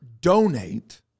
donate